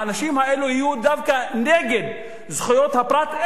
האנשים האלה יהיו דווקא נגד זכויות הפרט,